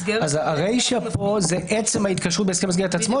הריישא פה זה עצם ההתקשרות בהסכם עצמו,